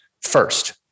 First